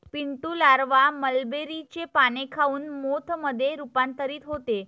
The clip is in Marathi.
पिंटू लारवा मलबेरीचे पाने खाऊन मोथ मध्ये रूपांतरित होते